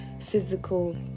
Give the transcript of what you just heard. physical